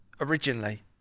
originally